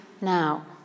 now